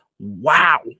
wow